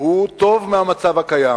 הוא טוב מהמצב הקיים